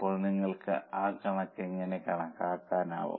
ഇപ്പോൾ നിങ്ങൾക്ക് ആ കണക്ക് എങ്ങനെ കണക്കാക്കാനാകും